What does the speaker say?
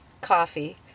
coffee